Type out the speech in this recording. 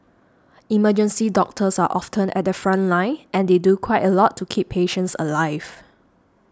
emergency doctors are often at the front line and they do quite a lot to keep patients alive